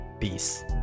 peace